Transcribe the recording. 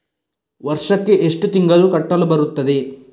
ವರ್ಷಕ್ಕೆ ಎಷ್ಟು ತಿಂಗಳು ಕಟ್ಟಲು ಬರುತ್ತದೆ?